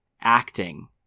acting